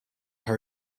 had